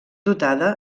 dotada